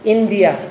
India